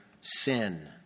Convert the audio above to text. sin